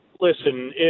Listen